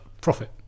profit